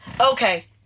okay